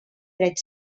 dret